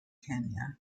kenya